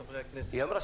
חברי הכנסת, אנחנו,